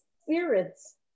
spirits